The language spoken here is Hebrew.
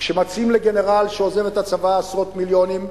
כשמציעים לגנרל שעוזב את הצבא עשרות מיליונים,